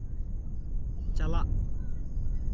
ᱪᱟᱞᱟᱜ